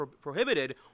prohibited